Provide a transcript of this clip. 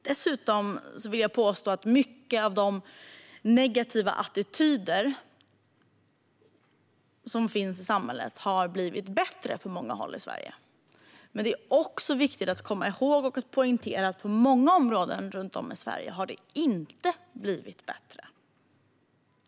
Dessutom vill jag påstå vad gäller de negativa attityder som finns i Sverige att mycket har blivit bättre på många håll i landet. Men det är också viktigt att komma ihåg och poängtera att i många områden runt om i Sverige har det inte blivit bättre.